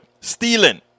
stealing